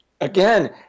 again